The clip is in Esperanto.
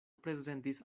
prezentis